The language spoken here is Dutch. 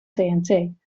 tnt